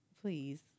Please